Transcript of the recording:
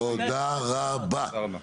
תודה רבה.